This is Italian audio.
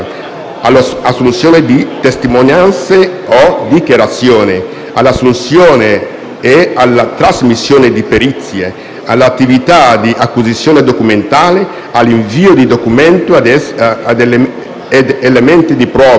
all'assunzione di testimonianze o dichiarazioni, all'assunzione e alla trasmissione di perizie, alle attività di acquisizione documentale, all'invio di documenti ed elementi di prova,